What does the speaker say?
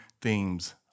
themes